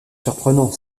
surprenant